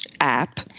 app